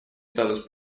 статус